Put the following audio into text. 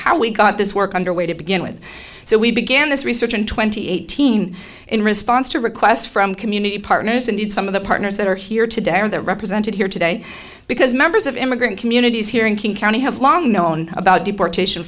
how we got this work under way to begin with so we began this research in twenty eighteen in response to requests from community partners indeed some of the partners that are here today and they're represented here today because members of immigrant communities here in king county have long known about deportation